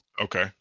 Okay